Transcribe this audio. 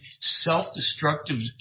self-destructive